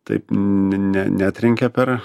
taip ne ne netrenkia per